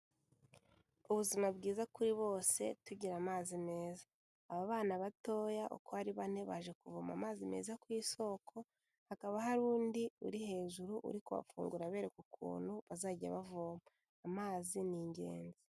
Ubuzima bwiza kuri bose ,tugira amazi meza. Aba bana batoya uko ari bane, baje kuvoma amazi meza ku isoko, hakaba harindi uri hejuru uri kubafungurira abereka ukuntu bazajya bavoma. Amazi ni ingenzi.